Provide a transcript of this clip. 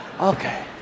Okay